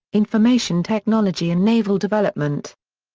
information technology and naval development.